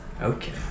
okay